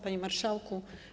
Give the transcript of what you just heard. Panie Marszałku!